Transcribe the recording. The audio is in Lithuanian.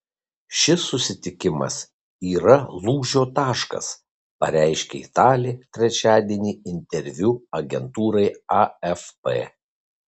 šis susitikimas yra lūžio taškas pareiškė italė trečiadienį interviu agentūrai afp